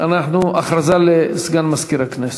הכרזה לסגן מזכירת הכנסת.